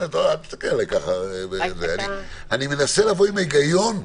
אני מנסה לבוא עם היגיון.